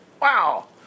Wow